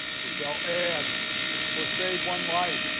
that they'll add or save one life,